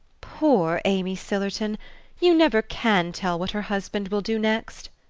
poor amy sillerton you never can tell what her husband will do next,